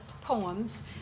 poems